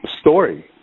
story